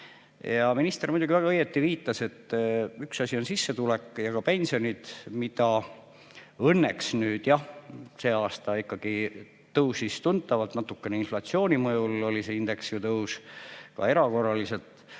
Minister muidugi väga õigesti viitas, et üks asi on sissetulek ja ka pension, mis õnneks nüüd jah see aasta ikkagi tõusis tuntavalt, natukene inflatsiooni mõjul oli see indeksi tõus, see tõusis ka erakorraliselt.